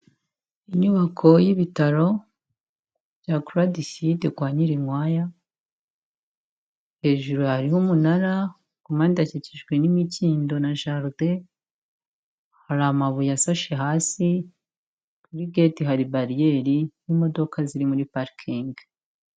Inyubako y'ibitaro bya Croix de sud kwa Nyirinkwaya, hejuru hariho umunara, ku mpande hakikijwe n'imikindo na jaride, hari amabuye asashe hasi, kuri geti hari bariyeri n'imodoka ziri muri parikingi.